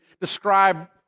describe